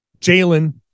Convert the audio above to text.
Jalen